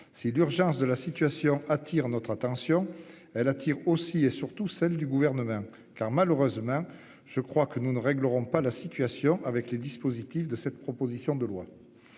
l'urgence de la situation attire notre attention elle attire aussi et surtout celle du gouvernement car malheureusement je crois que nous ne réglerons pas la situation avec les dispositifs de cette proposition de loi.